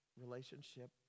relationship